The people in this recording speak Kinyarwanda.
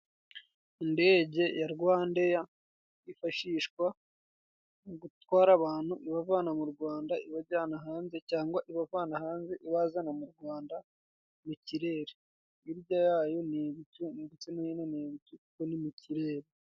Indege ya Rwandeya yifashishwa mu gutwara abantu ibavana mu Rwanda ibajyana hanze, cyangwa ibavana hanze ibazana mu Rwanda mu kirere. Hirya yayo ni ibicu ndetse no hino ni ibicu kuko ni mu kirere.